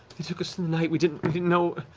they took us in the night, we didn't we didn't know,